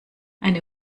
eine